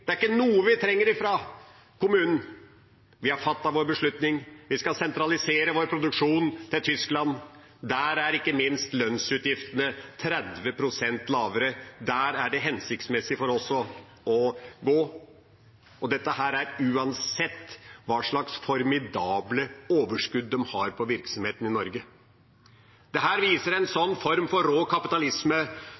det er ikke noe de trenger fra kommunen. De har fattet sin beslutning, de skal sentralisere sin produksjon til Tyskland. Der er ikke minst lønnsutgiftene 30 pst. lavere. Der er det hensiktsmessig for dem å gå. Dette er uansett hva slags formidable overskudd de har på virksomheten i Norge. Dette viser en